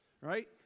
right